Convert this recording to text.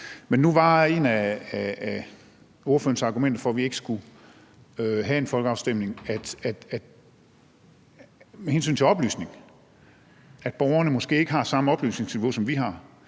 Men nu var et af ordførerens argumenter for, at vi ikke skulle have en folkeafstemning, at borgerne måske ikke har samme oplysningsniveau, som vi har,